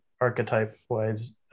archetype-wise